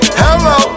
hello